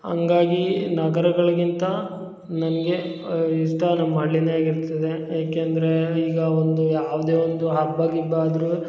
ಹಂಗಾಗಿ ನಗರಗಳಿಗಿಂತ ನನಗೆ ಇಷ್ಟ ನಮ್ಮ ಹಳ್ಳಿನೆ ಆಗಿರ್ತದೆ ಏಕೆಂದರೆ ಈಗ ಒಂದು ಯಾವುದೇ ಒಂದು ಹಬ್ಬ ಗಿಬ್ಬ ಆದರು